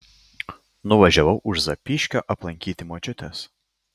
nuvažiavau už zapyškio aplankyti močiutės